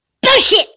Bullshit